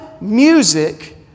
music